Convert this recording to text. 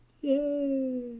Yay